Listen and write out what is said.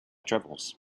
travels